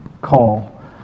call